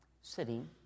sitting